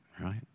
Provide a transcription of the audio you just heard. Right